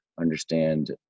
understand